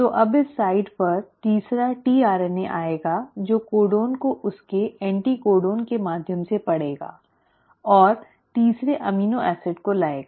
तो अब इस साइट पर तीसरा tRNA आएगा जो कोडोन को उसके एंटिकोडन के माध्यम से पढ़ेगा और तीसरे एमिनो एसिड को लाएगा